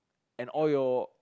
and all your